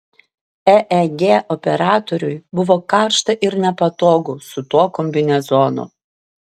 eeg operatoriui buvo karšta ir nepatogu su tuo kombinezonu